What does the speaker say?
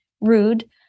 rude